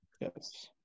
Yes